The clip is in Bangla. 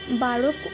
বারো